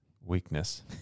weakness